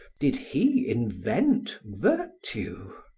did he invent virtue?